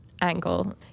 angle